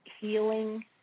healing